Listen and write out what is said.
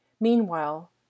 Meanwhile